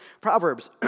Proverbs